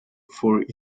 for